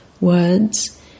words